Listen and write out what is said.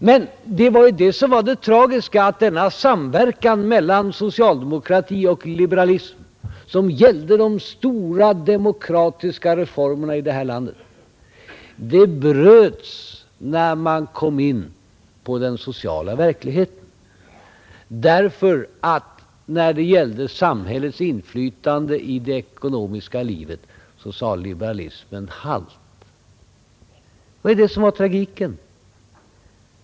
Men det var ju det som var det tragiska att denna samverkan mellan socialdemokrati och liberalism, som gällde de stora demokratiska reformerna i det här landet, bröts när man kom in på den sociala verkligheten därför att när det gällde samhällets inflytande i det ekonomiska livet så sade liberalismen halt. Det var ju det som var tragiken.